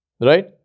Right